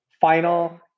final